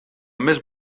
més